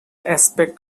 aspect